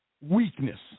weakness